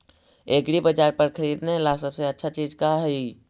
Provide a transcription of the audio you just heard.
एग्रीबाजार पर खरीदने ला सबसे अच्छा चीज का हई?